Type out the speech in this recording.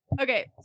Okay